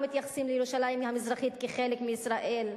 לא מתייחסים לירושלים המזרחית כאל חלק מישראל.